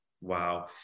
wow